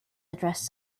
addressed